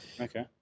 Okay